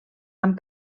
amb